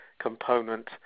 component